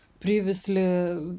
previously